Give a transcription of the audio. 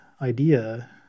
idea